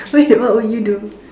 wait what would you do